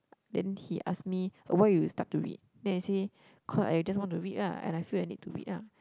then he ask me why you start to read then I say cause I just want to read lah and I feel I need to read ah